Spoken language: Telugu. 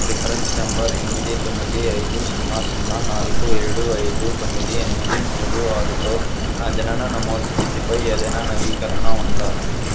రిఫరెన్స్ నెంబర్ ఎనిమిది తొమ్మిది ఐదు సున్నా సున్నా నాలుగు ఏడు ఐదు తొమ్మిది ఎనిమిది మూడు ఆరుతో నా జనన నమోదు స్థితిపై ఏదైనా నవీకరణ ఉందా